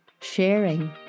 sharing